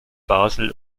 basel